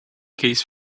case